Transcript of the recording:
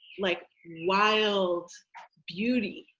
like wild beauty,